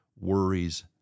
worries